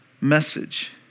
message